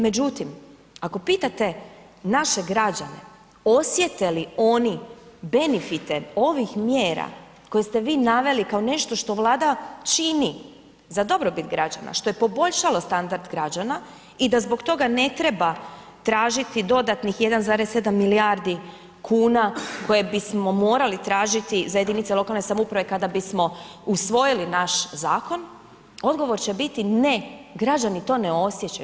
Međutim, ako pitate naše građane osjete li oni benifite ovih mjera koje ste vi naveli kao nešto što Vlada čini za dobrobit građana, što je poboljšalo standard građana i da zbog toga ne treba tražiti dodatnih 1,7 milijardi kuna koje bismo morali tražiti za jedinice lokalne samouprave kada bismo usvojili naš zakon, odgovor će biti ne građani to ne osjećaju.